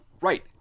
right